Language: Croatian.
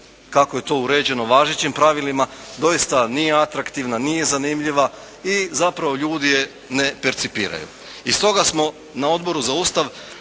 kako je to uređeno važećim pravilima, doista nije atraktivna, nije zanimljivo i zapravo ljudi je ne percipiraju. I stoga smo na Odboru za Ustav